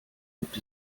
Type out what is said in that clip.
gibt